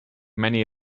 many